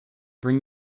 bring